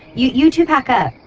you you two pack up.